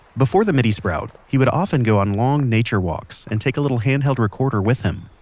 before the midi sprout, he would often go on long nature walks and take a little hand held recorder with him.